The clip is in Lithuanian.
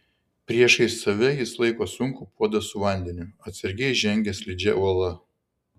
priešais save jis laiko sunkų puodą su vandeniu atsargiai žengia slidžia uola